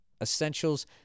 essentials